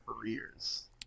careers